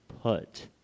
put